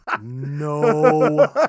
No